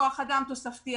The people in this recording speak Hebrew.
כוח אדם תוספתי,